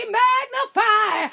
magnify